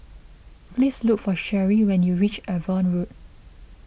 please look for Sheri when you reach Avon Road